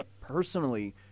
personally